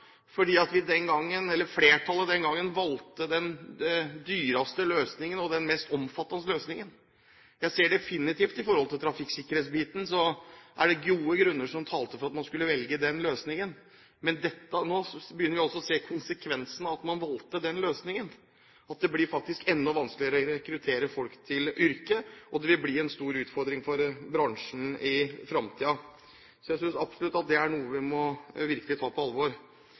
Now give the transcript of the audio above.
flertallet den gang valgte den dyreste løsningen og den mest omfattende løsningen. Jeg ser definitivt at når det gjelder trafikksikkerhetsbiten, var det gode grunner som talte for at man skulle velge den løsningen. Men nå begynner vi å se konsekvensene av at man valgte den løsningen – at det blir faktisk enda vanskeligere å rekruttere folk til yrket, og det vil bli en stor utfordring for bransjen i fremtiden. Så jeg synes absolutt at det er noe vi virkelig må ta på alvor.